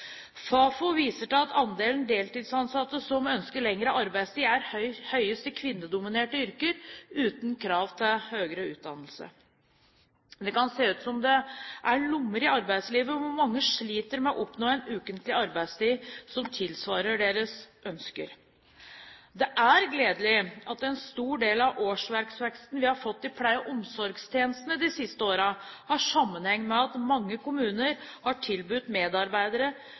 Fafo viser til at andelen deltidsansatte som ønsker lengre arbeidstid, er høyest i kvinnedominerte yrker uten krav til høyere utdannelse. Det kan se ut som det er lommer i arbeidslivet hvor mange sliter med å oppnå en ukentlig arbeidstid som tilsvarer deres ønsker. Det er gledelig at en stor del av årsverksveksten vi har fått i pleie- og omsorgstjenestene de siste årene, har sammenheng med at mange kommuner har tilbudt medarbeidere